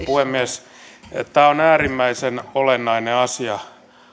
puhemies tämä on äärimmäisen olennainen asia